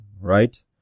right